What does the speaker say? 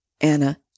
Anna